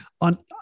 on